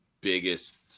biggest